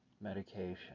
medication